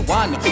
one